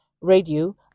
Radio